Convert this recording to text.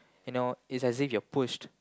you know it's as if you're pushed